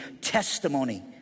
testimony